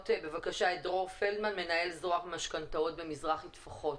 דרור פלדמן מנהל זרוע משכנתאות במזרחי טפחות